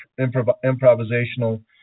improvisational